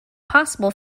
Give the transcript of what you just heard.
possible